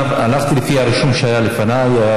הלכתי לפי הרישום שהיה לפניי.